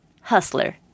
hustler